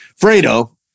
Fredo